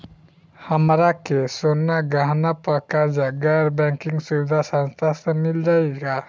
हमरा के सोना गहना पर कर्जा गैर बैंकिंग सुविधा संस्था से मिल जाई का?